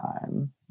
time